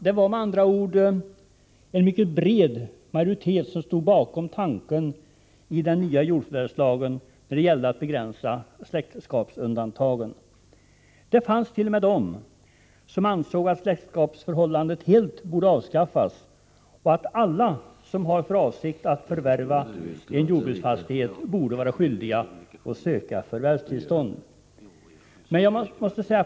Det var med andra ord en mycket bred majoritet som stod bakom tanken i den nya jordförvärvslagen när det gällde att begränsa släktskapsundantagen. Det fanns t.o.m. de som ansåg att släktskapsundantagen helt borde avskaffas och att alla som har för avsikt att förvärva en jordbruksfastighet borde vara skyldiga att söka förvärvstillstånd.